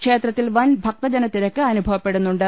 ക്ഷേത്ര ത്തിൽ വൻ ഭക്തജന തിരക്കനുഭവപ്പെടുന്നുണ്ട്